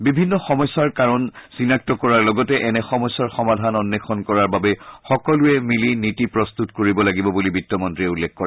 বিভিন্ন সমস্যাৰ কাৰণ চিনাক্ত কৰাৰ লগতে এনে সমস্যাৰ সমাধান অন্বেষণ কৰাৰ বাবে সকলোৱে মিলি নীতি প্ৰস্তত্তত কৰিব লাগিব বুলি বিত্তমন্ত্ৰীয়ে উল্লেখ কৰে